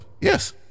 yes